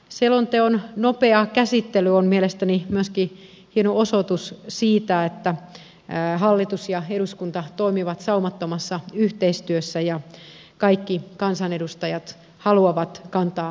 selonteon nopea käsittely on mielestäni myöskin hieno osoitus siitä että hallitus ja eduskunta toimivat saumattomassa yhteistyössä ja kaikki kansanedustajat haluavat kantaa kortensa kekoon